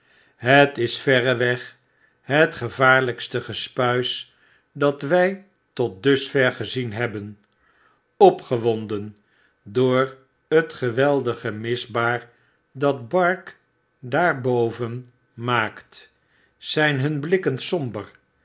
het is verreweghetgevaarlijkstegespuis dat wij tot dusver gezien hebben opgewonden door het geweldig misbaar dat bark daarboven maakt zyn hun blikken somber